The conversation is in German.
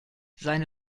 seine